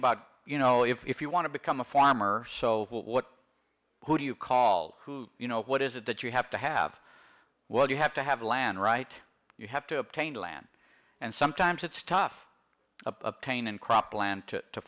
about you know if you want to become a farmer so what who do you call who you know what is it that you have to have what you have to have land right you have to obtain land and sometimes it's tough a pain in